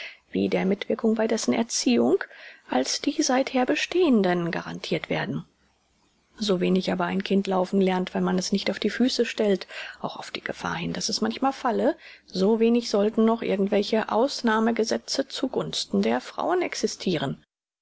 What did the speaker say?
wie der mitwirkung bei dessen erziehung als die seither bestehenden garantirt werden so wenig aber ein kind laufen lernt wenn man es nicht auf die füße stellt auch auf die gefahr hin daß es manchmal falle so wenig sollten noch irgend welche ausnahmsgesetze zu gunsten der frauen existiren